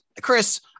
Chris